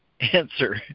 answer